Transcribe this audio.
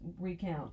recount